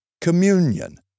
communion